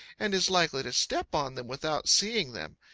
and is likely to step on them without seeing them.